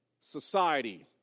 society